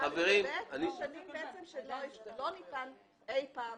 לא ניתן אי פעם